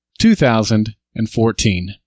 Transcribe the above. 2014